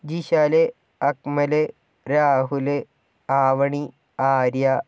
Jishal Akmal Rahul Avani Arya